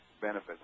benefits